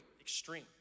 extreme